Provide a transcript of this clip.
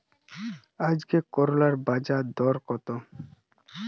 আজকে করলার বাজারদর কত?